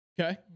Okay